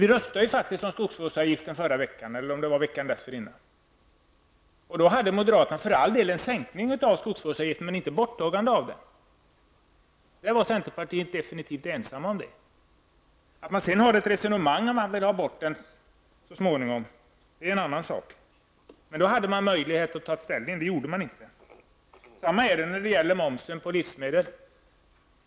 Vi röstade faktiskt om skogsvårdsavgiften häromveckan, och då föreslog moderaterna för all del en sänkning men inte ett borttagande av skogsvårdsavgiften. Centerpartiet var definitivt ensamt om det kravet. Att moderaterna sedan vill ha ett resonemang om att få bort den så småningom är en annan sak. Då hade man möjlighet att ta ställning, men det gjorde man inte. På samma sätt är det när det gäller momsen på livsmedel.